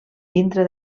dintre